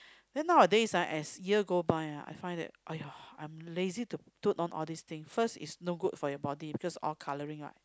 then nowadays ah as year go by ah I find that !aiya! I'm lazy to put on all these thing first is no good for your body because all colouring right